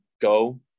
go